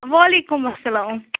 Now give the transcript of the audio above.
وعلیکُم اسلام